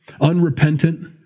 unrepentant